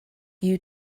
you